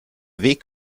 weg